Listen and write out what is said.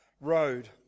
road